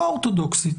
לא אורתודוכסית,